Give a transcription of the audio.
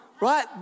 right